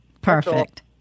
Perfect